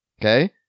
Okay